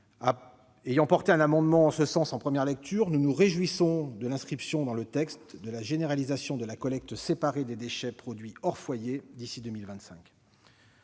Ayant défendu un amendement en ce sens, nous nous réjouissons de l'inscription dans le texte de la généralisation de la collecte séparée des déchets produits hors foyer d'ici à 2025.